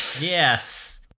yes